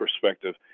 perspective